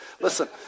Listen